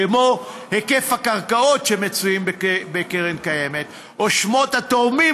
כמו היקף הקרקעות שמצויות בקרן קיימת או שמות התורמים,